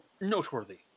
Noteworthy